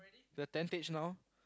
the tentation now